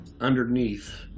underneath